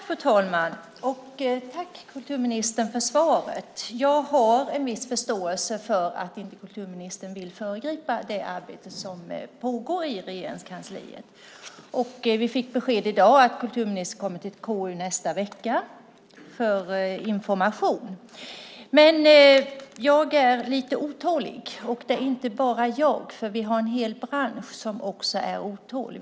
Fru talman! Tack, kulturministern, för svaret! Jag har en viss förståelse för att kulturministern inte vill föregripa det arbete som pågår i Regeringskansliet. Vi fick besked i dag om att kulturministern kommer till KU nästa vecka för information. Jag är ändå lite otålig, och det är inte bara jag som är det. Vi har nämligen en hel bransch som också är otålig.